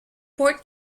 port